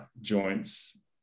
joints